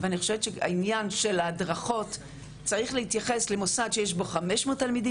והעניין של ההדרכות צריך להתייחס למוסד שיש בו 500 תלמידים